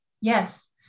Yes